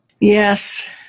Yes